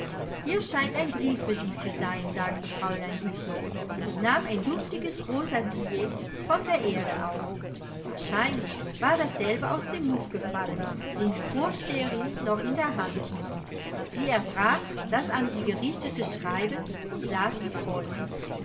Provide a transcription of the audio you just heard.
hier scheint ein brief für sie zu sein sagte fräulein güssow und nahm ein duftiges rosa billet von der erde auf wahrscheinlich war dasselbe aus dem muff gefallen den die vorsteherin noch in der hand hielt sie erbrach das an sie gerichtete schreiben und las wie folgt